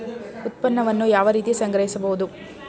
ಉತ್ಪನ್ನವನ್ನು ಯಾವ ರೀತಿ ಸಂಗ್ರಹಿಸಬಹುದು?